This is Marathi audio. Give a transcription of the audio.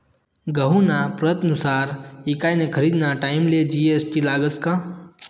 गहूना प्रतनुसार ईकानी खरेदीना टाईमले जी.एस.टी लागस का?